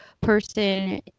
person